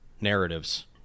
narratives